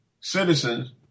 citizens